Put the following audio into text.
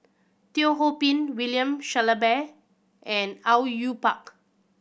Teo Ho Pin William Shellabear and Au Yue Pak